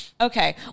okay